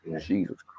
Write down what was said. Jesus